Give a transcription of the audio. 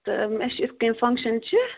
تہٕ مےٚ چھِ یِتھٕ کٔنۍ فَنٛگشَن چھِ